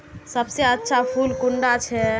सबसे अच्छा फुल कुंडा छै?